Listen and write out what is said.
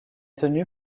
tenue